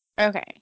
Okay